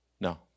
No